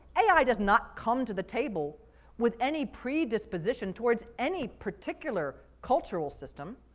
ai does not come to the table with any predisposition towards any particular cultural system.